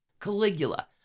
Caligula